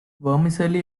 vermicelli